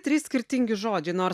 trys skirtingi žodžiai nors